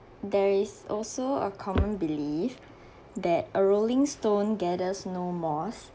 there is also a common belief that a rolling stone gathers no moss